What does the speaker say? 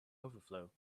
overflow